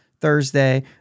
Thursday